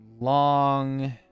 Long